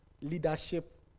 leadership